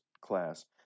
class